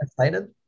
excited